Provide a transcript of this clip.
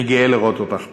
אני גאה לראות אותך פה,